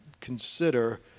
consider